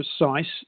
precise